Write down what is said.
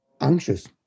anxious